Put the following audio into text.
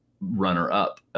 runner-up